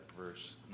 verse